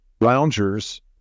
loungers